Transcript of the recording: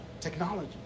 technology